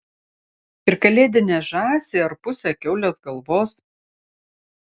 ir kalėdinę žąsį ar pusę kiaulės galvos